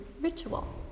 ritual